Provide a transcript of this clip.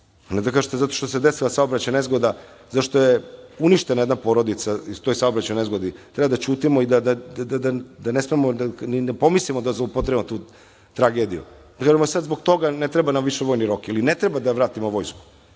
ne da kažete zato što se desila saobraćajna nezgoda, zato što je uništena jedna porodica u toj saobraćajnoj nezgodi, treba da ćutimo i da ne smemo da pomislimo da zloupotrebimo tu tragediju. I šta sad zbog toga, ne treba nam više vojni rok, ne treba da vratimo vojsku. Onda